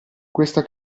questa